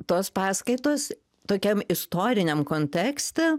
tos paskaitos tokiam istoriniam kontekste